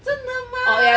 真的吗